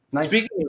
Speaking